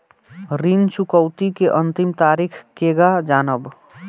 ऋण चुकौती के अंतिम तारीख केगा जानब?